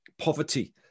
poverty